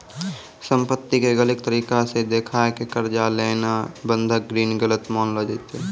संपत्ति के गलत तरिका से देखाय के कर्जा लेनाय बंधक ऋण गलत मानलो जैतै